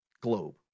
globe